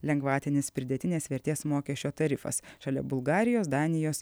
lengvatinis pridėtinės vertės mokesčio tarifas šalia bulgarijos danijos